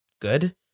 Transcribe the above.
good